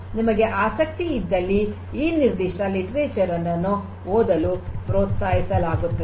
ನಿಮಗೆ ಆಸಕ್ತಿ ಇದ್ದಲ್ಲಿ ಈ ನಿರ್ದಿಷ್ಟ ಸಾಹಿತ್ಯವನ್ನು ಓದಲು ಪ್ರೋತ್ಸಾಹಿಸಲಾಗುತ್ತದೆ